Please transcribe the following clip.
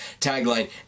tagline